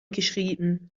geschrieben